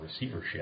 receivership